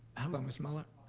hello, miss muller.